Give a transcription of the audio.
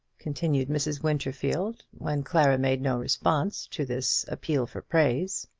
continued mrs. winterfield, when clara made no response to this appeal for praise.